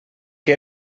que